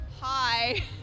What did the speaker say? Hi